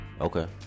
Okay